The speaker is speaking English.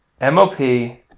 MOP